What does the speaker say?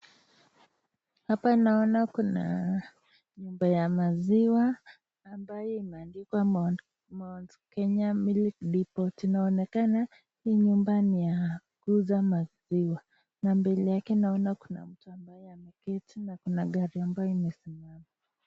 Hapa naona kuna nyumba ya maziwa ambayo imeandikwa Mount Kenya Milk Depot, inaonekana hii nyumba ni ya kuuza maziwa na mbele yake naona kuna mtu ambaye ameketi na kuna gari ambayo imesimama.